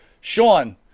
Sean